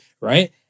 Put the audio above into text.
Right